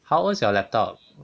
how old is your laptop